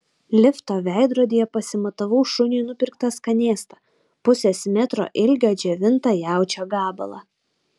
lifto veidrodyje pasimatavau šuniui nupirktą skanėstą pusės metro ilgio džiovintą jaučio gabalą